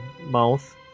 mouth